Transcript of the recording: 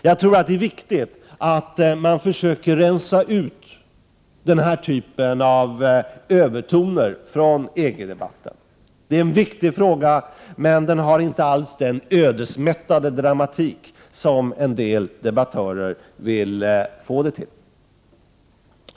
Jag tror att det är viktigt att man försöker rensa ut den här typen av övertoner från EG-debatten. Detta är en viktig fråga, men den har inte alls den ödesmättade dramatik som en del debattörer vill få det till.